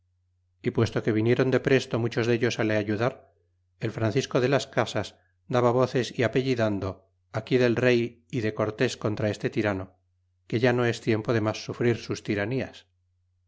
y puesto que viniron depresto muchos dellos le ayudar el francisco de las casas daba voces y apellidando aquí del rey é de cortés contra este tirano que ya no es tiempo de mas sufrir sus tiranías